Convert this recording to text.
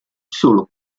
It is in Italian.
solo